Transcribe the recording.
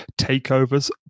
takeovers